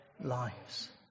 lives